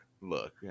look